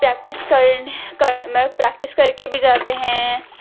practice کرنے کر میں پریکٹس کر کے بھی جاتے ہیں